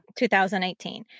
2018